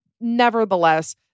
Nevertheless